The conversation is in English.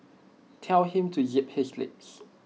tell him to zip his lips